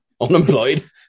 Unemployed